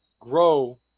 Grow